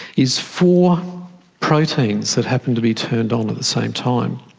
is four proteins that happen to be turned on at the same time.